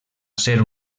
ser